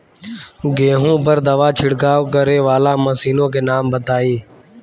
गेहूँ पर दवा छिड़काव करेवाला मशीनों के नाम बताई?